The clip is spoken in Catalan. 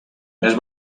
més